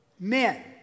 Men